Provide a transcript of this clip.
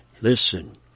Listen